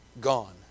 gone